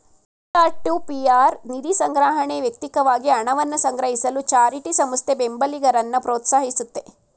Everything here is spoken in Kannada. ಪಿರ್.ಟು.ಪಿರ್ ನಿಧಿಸಂಗ್ರಹಣೆ ವ್ಯಕ್ತಿಕವಾಗಿ ಹಣವನ್ನ ಸಂಗ್ರಹಿಸಲು ಚಾರಿಟಿ ಸಂಸ್ಥೆ ಬೆಂಬಲಿಗರನ್ನ ಪ್ರೋತ್ಸಾಹಿಸುತ್ತೆ